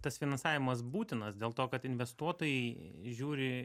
tas finansavimas būtinas dėl to kad investuotojai žiūri